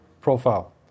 profile